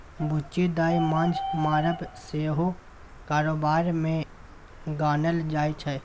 बुच्ची दाय माँछ मारब सेहो कारोबार मे गानल जाइ छै